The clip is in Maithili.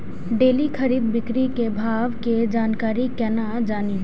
डेली खरीद बिक्री के भाव के जानकारी केना जानी?